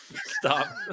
Stop